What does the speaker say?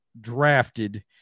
drafted